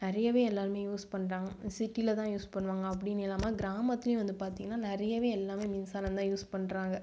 நிறையவே எல்லாருமே யூஸ் பண்ணுறாங்க சிட்டியில தான் யூஸ் பண்ணுவாங்க அப்படின்னு இல்லாமல் கிராமத்துலயும் வந்து பார்த்தீங்கனா நிறையவே எல்லாமே மின்சாரம் தான் யூஸ் பண்ணுறாங்க